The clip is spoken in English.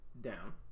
down